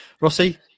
rossi